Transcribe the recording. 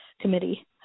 Committee